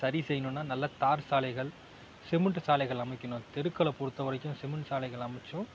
சரி செய்யணுன்னா நல்லா தார் சாலைகள் சிமிண்ட்டு சாலைகள் அமைக்கணும் தெருக்களை பொறுத்தவரைக்கும் சிமிண்ட்டு சாலைகள் அமைச்சும்